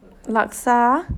laksa